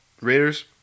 Raiders